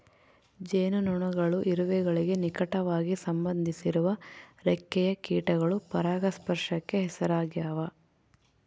ಜೇನುನೊಣಗಳು ಇರುವೆಗಳಿಗೆ ನಿಕಟವಾಗಿ ಸಂಬಂಧಿಸಿರುವ ರೆಕ್ಕೆಯ ಕೀಟಗಳು ಪರಾಗಸ್ಪರ್ಶಕ್ಕೆ ಹೆಸರಾಗ್ಯಾವ